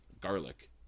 Garlic